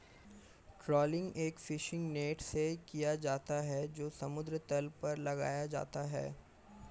trawling एक fishing net से किया जाता है जो समुद्र तल पर लगाया जाता है